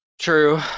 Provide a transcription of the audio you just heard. True